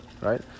right